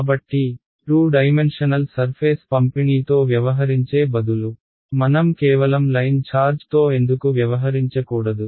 కాబట్టి 2 dimensional surface పంపిణీతో వ్యవహరించే బదులు మనం కేవలం లైన్ ఛార్జ్తో ఎందుకు వ్యవహరించకూడదు